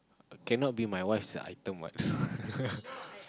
cannot be my wife's item what